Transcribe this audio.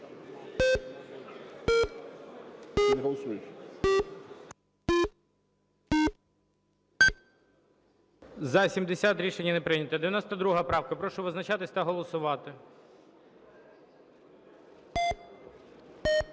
За-64 Рішення не прийнято. 93 правка. Прошу визначатись та голосувати.